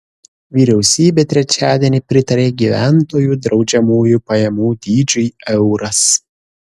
vyriausybė trečiadienį pritarė gyventojų draudžiamųjų pajamų dydžiui euras